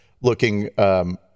looking